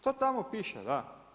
To tamo piše, da.